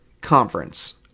conference